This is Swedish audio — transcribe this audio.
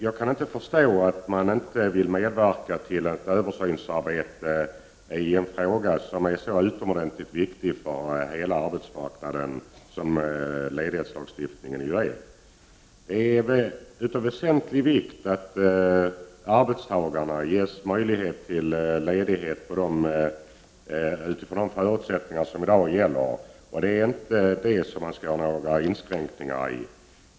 Jag kan inte förstå att man inte vill medverka till ett översynsarbete i en fråga som är så utomordentligt viktig för hela arbetsmarknaden som ledighetslagstiftningen ju är. Det är av väsentlig vikt att arbetstagarna ges möjlighet till ledighet utifrån de förutsättningar som i dag gäller, och det är inte detta som det skall göras inskränkningar i.